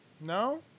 No